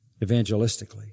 evangelistically